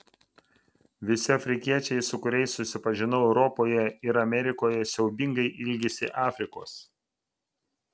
visi afrikiečiai su kuriais susipažinau europoje ir amerikoje siaubingai ilgisi afrikos